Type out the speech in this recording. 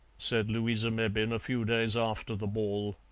said louisa mebbin a few days after the ball.